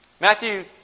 Matthew